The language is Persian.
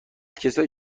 کسایی